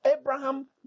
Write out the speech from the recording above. Abraham